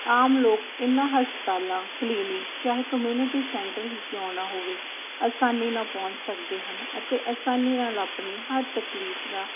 ਆਮ ਲੋਕ ਇਨ੍ਹਾਂ ਹਸਪਤਾਲਾਂ ਕਲੀਨਿਕ ਚਾਹੇ ਕਮਿਊਨਿਟੀ ਸੈਂਟਰ ਹੀ ਕਿਉਂ ਨਾ ਹੋਵੇ ਆਸਾਨੀ ਨਾਲ ਪਹੁੰਚ ਸਕਦੇ ਹਨ ਅਤੇ ਆਸਾਨੀ ਨਾਲ ਆਪਣੀ ਹਰ ਤਕਲੀਫ ਦਾ